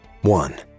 One